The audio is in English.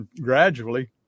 gradually